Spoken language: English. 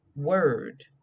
Word